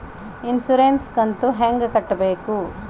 Insurance ಕಂತು ಹೆಂಗ ಕಟ್ಟಬೇಕು?